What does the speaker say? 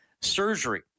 surgery